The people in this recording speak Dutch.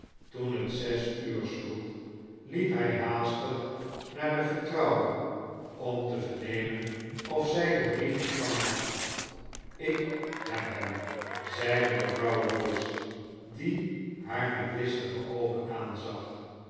toen het zes uur sloeg liep zij haastig naar de vertrouwde om te vernemen of zij den brief ontvangen had ik heb hem zeide mevrouw lewis die haar met listige oogen aanzag